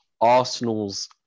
Arsenal's